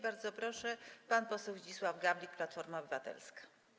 Bardzo proszę, pan poseł Zdzisław Gawlik, Platforma Obywatelska.